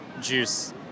juice